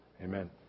Amen